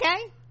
okay